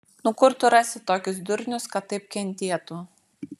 nu kur tu rasi tokius durnius kad taip kentėtų